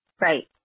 Right